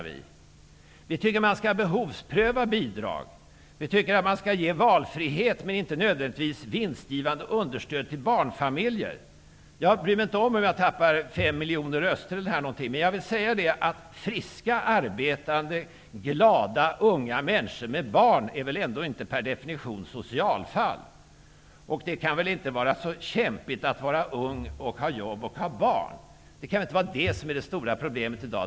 Vi tycker att man skall behovspröva bidrag. Vi tycker att man skall ge valfrihet men inte nödvändigtvis vinstgivande understöd till barnfamiljer. Jag bryr mig inte om huruvida jag tappar fem miljoner röster, men jag vill fråga: Friska, glada och unga människor med barn är väl ändå inte per definition socialfall? Det kan väl inte vara så kämpigt att vara ung och ha jobb och ha barn? Det kan väl inte vara det stora problemet i dag?